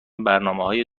برنامههای